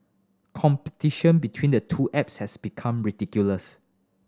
competition between the two apps has become ridiculous